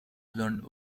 learn